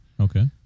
Okay